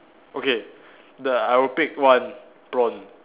okay the I will pick one prawn